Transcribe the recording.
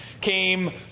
came